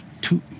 two